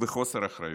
וחוסר אחריות.